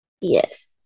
Yes